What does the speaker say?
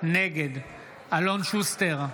נגד אלון שוסטר,